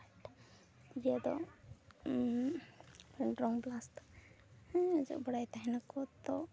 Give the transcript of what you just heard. ᱤᱭᱟᱹ ᱫᱚ ᱯᱮᱱᱰᱨᱚᱢ ᱯᱞᱟᱥ ᱫᱚ ᱦᱮᱸ ᱚᱡᱚᱜ ᱵᱟᱲᱟᱭ ᱛᱟᱦᱮᱱᱟᱠᱚ ᱛᱚ